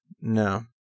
No